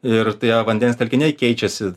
ir tie vandens telkiniai keičiasi